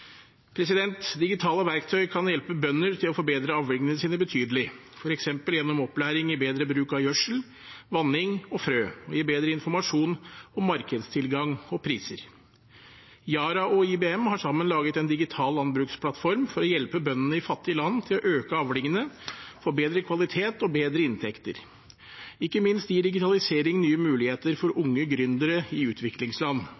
Digitale verktøy kan hjelpe bønder til å forbedre avlingene sine betydelig, f.eks. gjennom opplæring i bedre bruk av gjødsel, vanning og frø, og gi bedre informasjon om markedstilgang og priser. Yara og IBM har sammen laget en digital landbruksplattform for å hjelpe bøndene i fattige land til å øke avlingene, få bedre kvalitet og bedre inntekter. Ikke minst gir digitalisering nye muligheter for